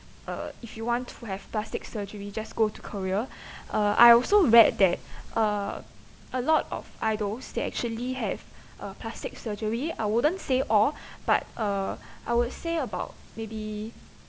uh if you want to have plastic surgery just go to korea uh I also read that uh a lot of idols they actually have uh plastic surgery I wouldn't say all but uh I would say about maybe